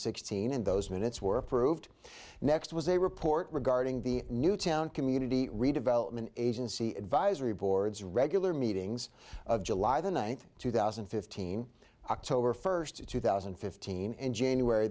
sixteen in those minutes were approved next was a report regarding the newtown community redevelopment agency advisory boards regular meetings of july the ninth two thousand and fifteen october first two thousand and fifteen and january